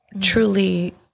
truly